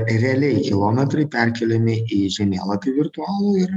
realiai kilometrai perkeliami į žemėlapį virtualų ir